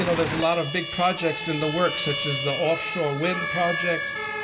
you know there's a lot of big projects in the works such as the offshore wind projects,